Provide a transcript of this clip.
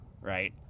Right